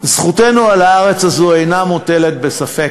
זכותנו על הארץ הזאת אינה מוטלת בספק,